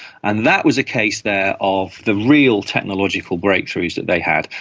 and that was a case there of the real technological breakthroughs that they had.